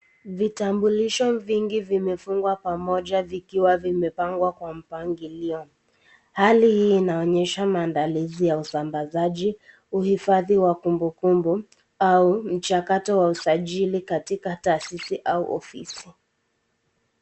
Vitambulisho vingi vimefungua pamoja vikiwa vimepangwa kwa mpangilio, Hali hii inaonyesha maandalizi Ya usambazaji huifadhi wa kumbukumbu au mchakato wa usajili katika taasisi au ofisi.